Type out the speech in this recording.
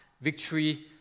victory